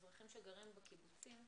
אזרחים שגרים בקיבוצים,